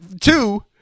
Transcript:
Two